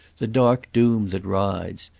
the dark doom that rides.